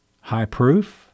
high-proof